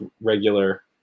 regular